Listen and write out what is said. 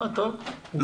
הרבה